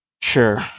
sure